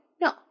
No